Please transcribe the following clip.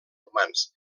humans